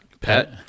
pet